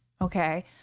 Okay